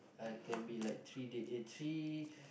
I can be like three day eh three